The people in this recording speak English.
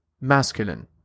masculine